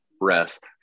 rest